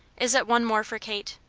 is it one more for kate?